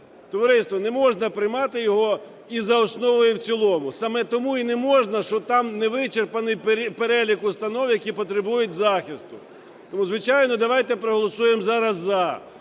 Товариство, не можна приймати його і за основу, і в цілому. Саме тому і не можна, що там невичерпний перелік установ, які потребують захисту. Тому, звичайно, давайте проголосуємо зараз "за"